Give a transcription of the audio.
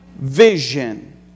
vision